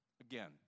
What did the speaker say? Again